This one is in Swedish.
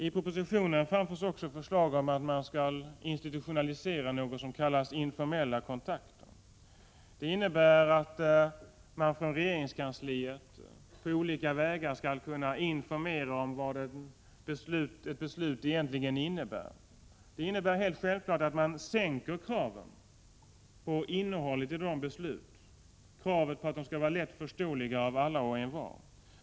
I propositionen framförs också förslag om att man skall institutionalisera något som kallas informella kontakter. Det innebär att man från regeringskansliet på olika vägar skall informera om vad ett beslut egentligen betyder. Det innebär självfallet att man sänker kraven på innehållet i ett beslut, kravet på att besluten skall vara lättförståeliga av alla och envar.